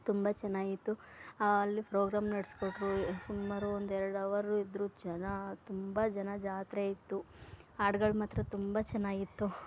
ತುಂಬ ಚೆನ್ನಾಗಿತ್ತು ಅಲ್ಲಿ ಪ್ರೋಗ್ರಾಮ್ ನಡ್ಸಿಕೊಟ್ರು ಸುಮಾರು ಒಂದು ಎರಡು ಅವರ್ ಇದ್ದರು ಜನ ತುಂಬ ಜನ ಜಾತ್ರೆ ಇತ್ತು ಹಾಡ್ಗಳು ಮಾತ್ರ ತುಂಬ ಚೆನ್ನಾಗಿತ್ತು